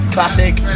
Classic